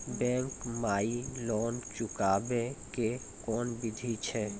Bank माई loan चुकाबे के कोन बिधि छै?